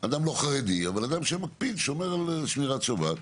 לא אדם חרדי, אבל אדם שמפקיד של שמירת השבת.